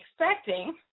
expecting